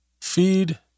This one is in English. feed